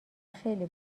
خیلی